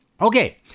Okay